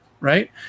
right